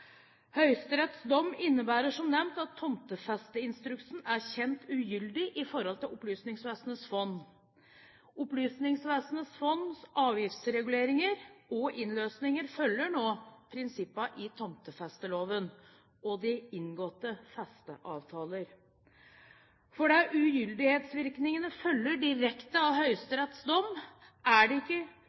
Høyesteretts dom innebærer, som nevnt, at tomtefesteinstruksen er kjent ugyldig i forhold til Opplysningsvesenets fond. Opplysningsvesenets fonds avgiftsreguleringer og innløsninger følger nå prinsippene i tomtefesteloven og de inngåtte festeavtaler. Fordi ugyldighetsvirkningen følger direkte av Høyesteretts dom, er det ikke